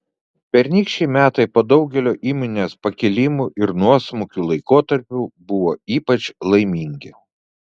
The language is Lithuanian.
pernykščiai metai po daugelio įmonės pakilimų ir nuosmukių laikotarpių buvo ypač laimingi